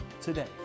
today